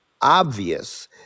obvious